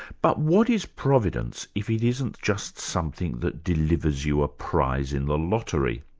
but what is providence if it isn't just something that delivers you a prize in the lottery?